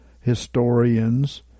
historians